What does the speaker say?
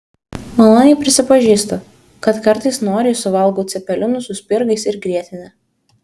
maloniai prisipažįstu kad kartais noriai suvalgau cepelinų su spirgais ir grietine